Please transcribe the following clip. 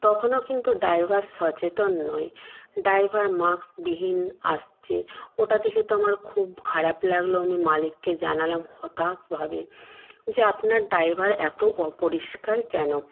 তখনও কিন্তু ড্রাইভার সচেতন নয় ড্রাইভার মাস্কবিহীন আসছে ওটা দেখে তো আমার খুব খারাপ লাগল আমি মালিককে জানালাম হতাশভাবে যে আপনার ড্রাইভার এত অপরিষ্কার কেন